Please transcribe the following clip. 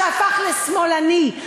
שהפך לשמאלני,